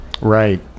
Right